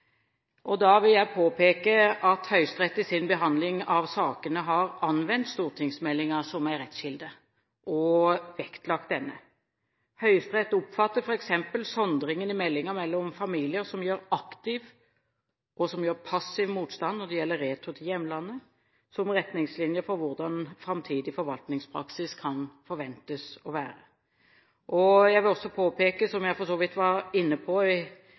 Da vil jeg påpeke at Høyesterett i sin behandling av sakene har anvendt stortingsmeldingen som en rettskilde og vektlagt denne. Høyesterett oppfatter f.eks. sondringen i meldingen mellom familier som gjør aktiv og som gjør passiv motstand når det gjelder retur til hjemlandet, som retningslinjer for hvordan framtidig forvaltningspraksis kan forventes å være. Jeg vil også påpeke – som jeg for så vidt var inne på i